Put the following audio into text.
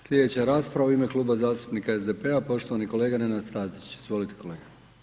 Sljedeća rasprava u ime Kluba zastupnika SDP-a poštovani kolega Nenad Stazić, izvolite kolega.